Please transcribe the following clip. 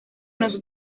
nos